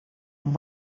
and